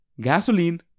gasoline